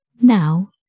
Now